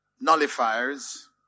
nullifiers